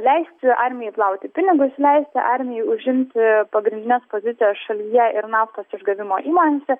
leisti armijai plauti pinigus leisti armijai užimti pagrindines pozicijas šalyje ir naftos išgavimo įmonėse